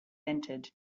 entered